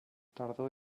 tardor